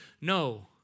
No